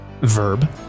Verb